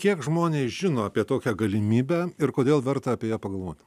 kiek žmonės žino apie tokią galimybę ir kodėl verta apie ją pagalvot